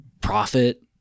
profit